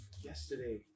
yesterday